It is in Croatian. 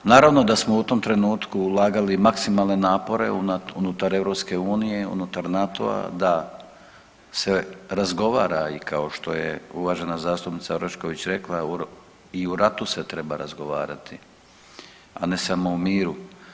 Naravno da smo u tom trenutku ulagali maksimalne napore unutar EU, unutar NATO-a, da se razgovara i kao što je uvažena zastupnica Orešković rekla i u ratu se treba razgovarati, a ne samo u miru.